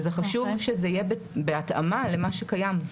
חשוב שזה יהיה בהתאמה למה שקיים.